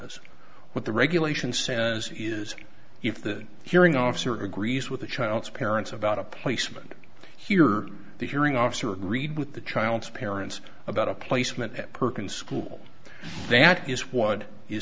says what the regulation says it is if the hearing officer agrees with the child's parents about a placement here the hearing officer agreed with the child's parents about a placement at perkins school that is what you